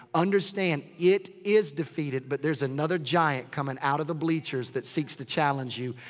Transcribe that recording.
understand it is defeated. but there's another giant coming out of the bleachers that seeks to challenge you.